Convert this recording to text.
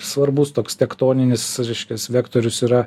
svarbus toks tektoninis reiškias vektorius yra